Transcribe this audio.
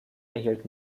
erhielt